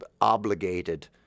obligated